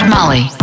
Molly